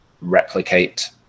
replicate